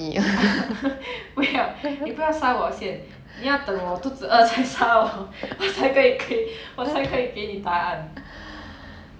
不要你不要杀我先你要等我肚子饿才杀我 我才可以给我才可以给你答案